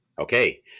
Okay